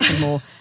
more